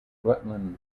rutland